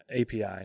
API